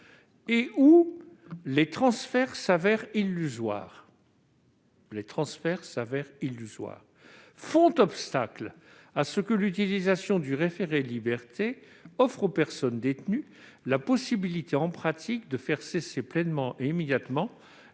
et où les transferts s'avèrent illusoires, font obstacle à ce que l'utilisation du référé-liberté offre aux personnes détenues la possibilité en pratique de faire cesser pleinement et immédiatement